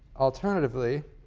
alternatively,